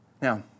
Now